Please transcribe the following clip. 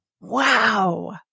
Wow